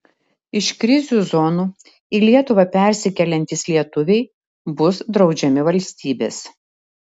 iš krizių zonų į lietuvą persikeliantys lietuviai bus draudžiami valstybės